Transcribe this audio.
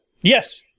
Yes